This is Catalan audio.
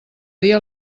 dia